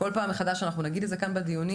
בכל פעם מחדש אנחנו נגיד את זה כאן בדיונים